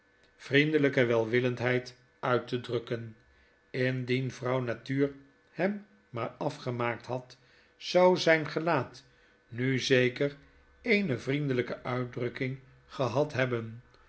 vriendelyke welwillendheid uit te drukken indien vrouw natuur hem maar afgemaakt had zou zyn gelaat nu zeker eene vriendelyke uitdrukking gehad hebben